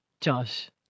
Josh